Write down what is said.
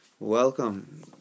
Welcome